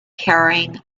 carrying